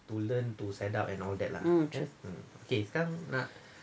um true